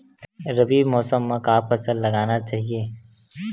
रबी मौसम म का फसल लगाना चहिए?